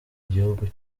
igihugu